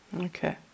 Okay